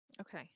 Okay